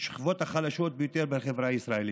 מהשכבות החלשות ביותר בחברה הישראלית,